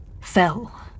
Fell